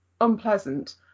unpleasant